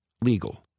Legal